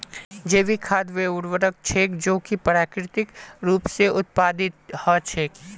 जैविक खाद वे उर्वरक छेक जो कि प्राकृतिक रूप स उत्पादित हछेक